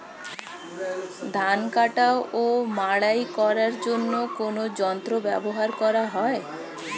ধান কাটা ও মাড়াই করার জন্য কোন যন্ত্র ব্যবহার করা হয়?